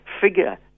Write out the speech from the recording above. figure